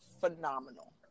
phenomenal